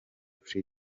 free